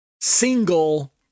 single